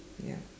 ya